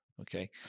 okay